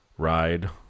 ride